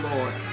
Lord